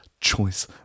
choice